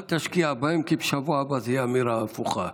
אל תשקיע בהן, כי בשבוע הבא תהיה אמירה הפוכה.